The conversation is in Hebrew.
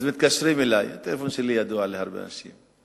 אז מתקשרים אלי, הטלפון שלי ידוע להרבה אנשים.